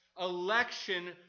Election